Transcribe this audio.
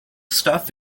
stuff